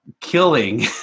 killing